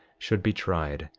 should be tried,